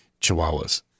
chihuahuas